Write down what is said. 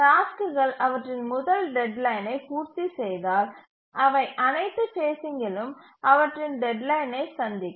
டாஸ்க்குகள் அவற்றின் முதல் டெட்லைனை பூர்த்தி செய்தால் அவை அனைத்து ஃபேஸ்சிங்கிலும் அவற்றின் டெட்லைனை சந்திக்கும்